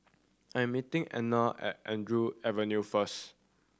I am meeting Erna at Andrews Avenue first